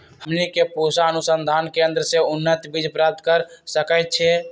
हमनी के पूसा अनुसंधान केंद्र से उन्नत बीज प्राप्त कर सकैछे?